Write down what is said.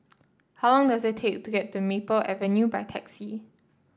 how long does it take to get to Maple Avenue by taxi